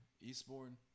Eastbourne